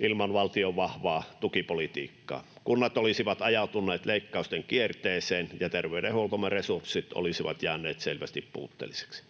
ilman valtion vahvaa tukipolitiikkaa, kunnat olisivat ajautuneet leikkausten kierteeseen ja terveydenhuoltomme resurssit olisivat jääneet selvästi puutteellisiksi.